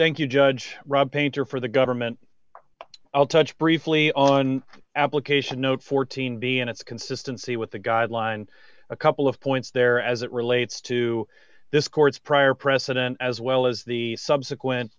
thank you judge rob painter for the government i'll touch briefly on application note fourteen b and its consistency with the guideline a couple of points there as it relates to this court's prior precedent as well as the subsequent